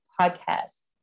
podcast